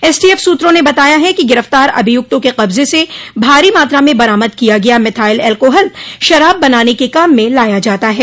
S TF सूत्रों ने बताया है कि गिरफ़्तार अभियुक्तों के कब्जे से भारी मात्रा में बरामद किया गया मिथाइल एल्कोहल शराब बनाने के काम में लाया जाता है